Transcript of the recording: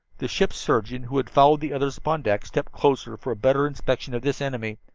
the ship's surgeon, who had followed the others upon deck, stepped closer for a better inspection of this enemy.